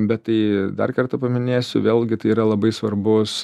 bet tai dar kartą paminėsiu vėlgi tai yra labai svarbus